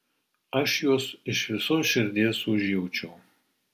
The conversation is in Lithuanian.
aš juos iš visos širdies užjaučiau